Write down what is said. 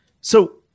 So-